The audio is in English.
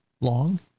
long